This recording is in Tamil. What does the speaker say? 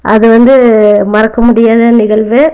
அது வந்து மறக்க முடியாத நிகழ்வு